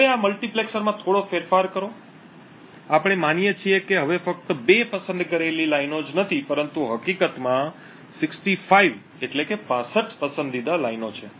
હવે આ મલ્ટિપ્લેક્સરમાં થોડો ફેરફાર કરો આપણે માનીએ છીએ કે હવે ફક્ત બે પસંદ કરેલી લાઈનો જ નથી પરંતુ હકીકતમાં 65 પસંદીદા લાઈનો છે